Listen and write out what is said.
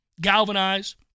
galvanize